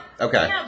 okay